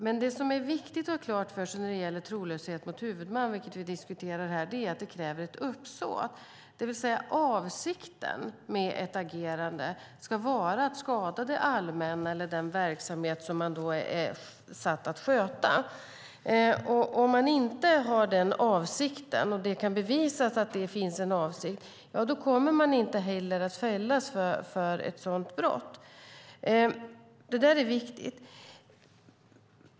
Men det som är viktigt att ha klart för sig när det gäller trolöshet mot huvudman, vilket vi diskuterar här, är att det kräver ett uppsåt, det vill säga avsikten med ett agerande ska vara att skada det allmänna eller den verksamhet som man är satt att sköta. Om man inte har den avsikten, och det kan bevisas, kommer man inte heller att fällas för ett sådant brott. Det är viktigt.